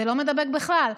זה לא מידבק בכלל.